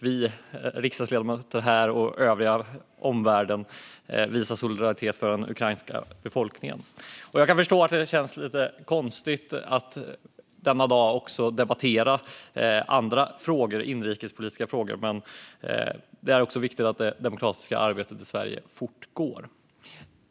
Vi riksdagsledamöter här och övriga omvärlden visar solidaritet med den ukrainska befolkningen. Jag kan förstå att det känns lite konstigt att denna dag också debattera andra inrikespolitiska frågor, men det är viktigt att det demokratiska arbetet i Sverige fortgår.